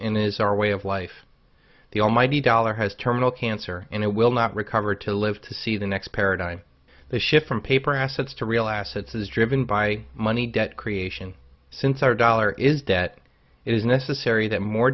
in is our way of life the almighty dollar has terminal cancer and it will not recover to live to see the next paradigm the shift from paper assets to real assets is driven by money debt creation since our dollar is debt it is necessary that more